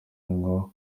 ngo